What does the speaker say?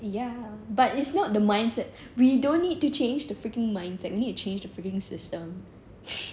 ya but it's not the mindset we don't need to change the freaking mindset we need to change the freaking system